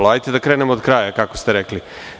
Ali, hajde da krenemo od kraja, kako ste rekli.